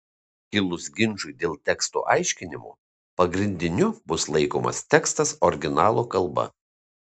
kilus ginčui dėl teksto aiškinimo pagrindiniu bus laikomas tekstas originalo kalba